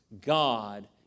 God